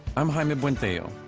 i'm jaime buentello,